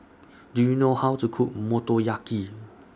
Do YOU know How to Cook Motoyaki